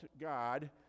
God